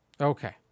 Okay